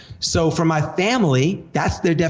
so for my family, that's their,